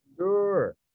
Sure